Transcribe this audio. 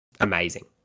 amazing